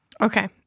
Okay